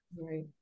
right